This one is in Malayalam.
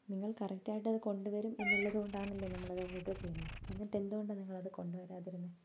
നിങ്ങൾ കറക്റ്റായിട്ടതു കൊണ്ടുവരും എന്നുള്ളതുകൊണ്ടാണല്ലോ നമ്മളത് ഓർഡർ ചെയ്യുന്നത് എന്നിട്ട് എന്തുകൊണ്ടാണ് നിങ്ങളത് കൊണ്ടുവരാതിരുന്നത്